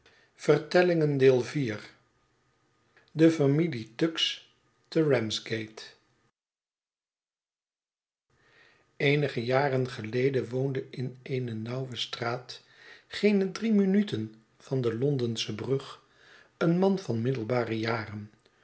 be familie tuggs te ramsgate eenige jaren geleden woonde in eene nauwe straat geene drie minuten van de londensche brug een man van middelbare jaren